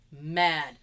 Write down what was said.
Mad